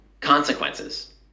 consequences